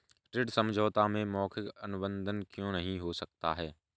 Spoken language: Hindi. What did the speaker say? ऋण समझौते में मौखिक अनुबंध क्यों नहीं हो सकता?